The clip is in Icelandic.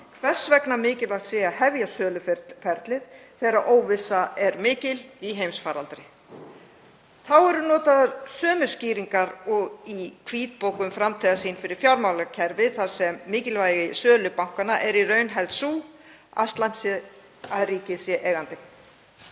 hvers vegna mikilvægt sé að hefja söluferlið þegar óvissa er mikil í heimsfaraldri. Þá eru notaðar sömu skýringar og í hvítbók um framtíðarsýn fyrir fjármálakerfið þar sem ástæðan fyrir mikilvægi sölu bankanna er í raun helst sú að slæmt sé að ríkið sé eigandi.